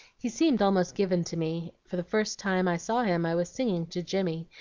he seemed almost given to me, for the first time i saw him i was singing to jimmy,